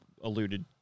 alluded